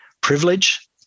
privilege